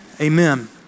Amen